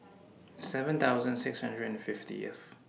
seven thousand six hundred and fiftieth